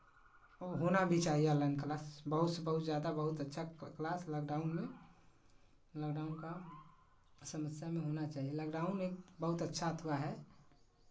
वो होना भी चाहिए ऑनलाइन क्लास बहुत से बहुत ज़्यादा बहुत अच्छा क्लास लॉकडाउन में लॉकडाउन का समस्या में होना चाहिए लॉकडाउन एक बहुत अच्छा अथवा है